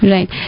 Right